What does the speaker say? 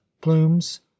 plumes